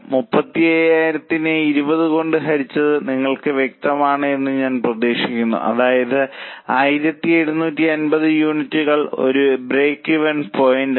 35000 നെ 20 കൊണ്ട് ഹരിച്ചത് നിങ്ങൾക്ക് വ്യക്തമാണെന്ന് ഞാൻ പ്രതീക്ഷിക്കുന്നു അതായത് 1750 യൂണിറ്റുകൾ ഒരു ബ്രേക്ക് ഈവൻ പോയിന്റാണ്